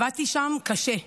עבדתי שם קשה.